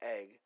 egg